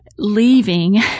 leaving